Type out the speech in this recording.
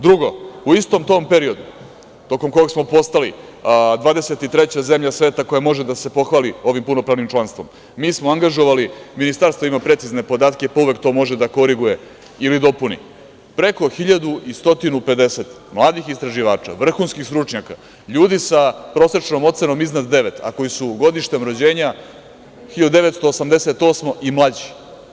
Drugo, u istom tom periodu tokom kog smo postali 23. zemlja sveta koja može da se pohvali ovim punopravnim članstvom, mi smo angažovali, Ministarstvo ima precizne podatke pa uvek to može da koriguje ili dopuni, preko 1.150 mladih istraživača, vrhunskih stručnjaka, ljudi sa prosečnom ocenom iznad devet, a koji su godištem rođenja 1988. i mlađi.